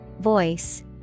Voice